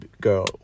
girl